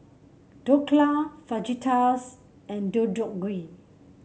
Dhokla Fajitas and Deodeok Gui